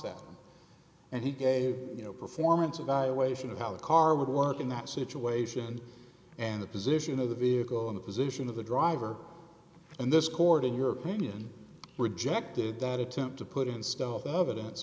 him and he gave you no performance evaluation of how the car would work in that situation and the position of the vehicle in the position of the driver and this court in your opinion rejected that attempt to put in stealth evidence